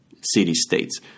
city-states